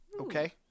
Okay